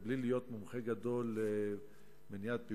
הוא באמת השאלה אם ממשלת ישראל החדשה,